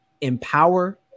empower